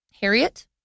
Harriet